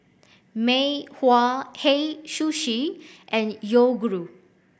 Mei Hua Hei Sushi and Yoguru